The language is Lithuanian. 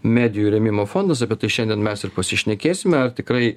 medijų rėmimo fondas apie tai šiandien mes ir pasišnekėsime ar tikrai